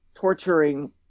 torturing